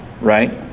right